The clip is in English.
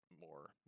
more